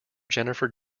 jennifer